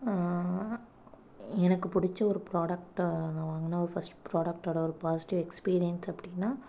எனக்கு பிடிச்ச ஒரு ப்ராடக்ட்டை நான் வாங்கின ஃபர்ஸ்ட் ப்ராடக்டோட ஒரு பாசிட்டிவ் எக்ஸ்பீரியன்ஸ் அப்படினா